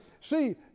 see